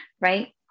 right